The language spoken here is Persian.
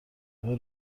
دقیقه